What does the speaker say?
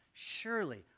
Surely